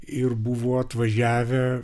ir buvo atvažiavę